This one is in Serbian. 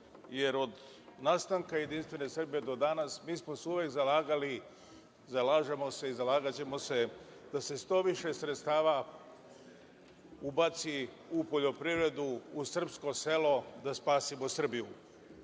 jer od nastanka Jedinstvene Srbije do danas mi smo se uvek zalagali, zalažemo se i zalagaćemo se da se što više sredstava ubaci u poljoprivredu, u srpsko selo, da spasimo Srbiju. Počeću